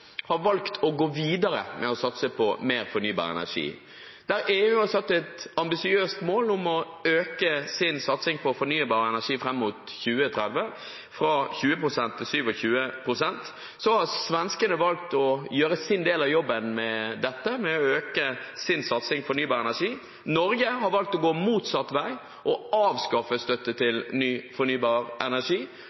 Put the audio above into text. har valgt å gå videre med å satse på mer fornybar energi. Der EU har satt et ambisiøst mål om å øke sin satsing på fornybar energi fram mot 2030, fra 20 pst. til 27 pst., har svenskene valgt å gjøre sin del av jobben med dette ved å øke sin satsing på fornybar energi. Norge har valgt å gå motsatt vei, ved at man avskaffer støtte til ny fornybar energi,